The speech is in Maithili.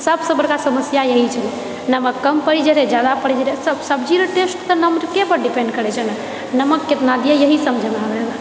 सबसँ बड़का समस्या यही छलै नमक कम पड़ि जाए रहै जादा पड़ि जाए रहै सब्जीके टेस्ट तऽ नमके पर डिपेंड करैत छै ने नमक कितना दियै इएह समझमे नहि आबैत रहै हमरा